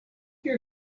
your